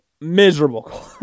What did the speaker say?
Miserable